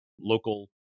local